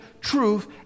truth